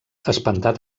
espantat